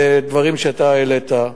לדברים שאתה העלית,